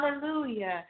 Hallelujah